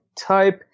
type